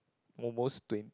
almost twen~